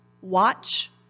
Watch